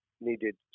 needed